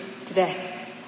today